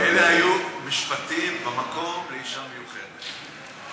ואלה היו משפטים במקום לאישה מיוחדת.